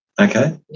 okay